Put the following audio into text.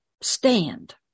stand